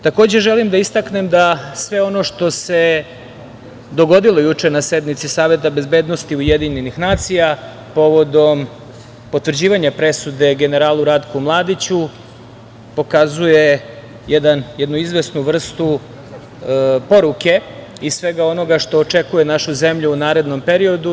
Takođe, želim da istaknem da sve ono što se dogodilo juče na sednici Saveta bezbednosti UN povodom potvrđivanja presude generalu Ratku Mladiću, pokazuje jednu izvesnu vrstu poruke i svega onoga što očekuje našu zemlju u narednom periodu.